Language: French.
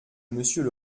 monsieur